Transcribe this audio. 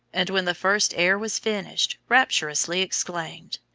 and when the first air was finished, rapturously exclaimed,